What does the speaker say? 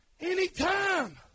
Anytime